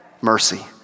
Mercy